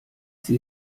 sie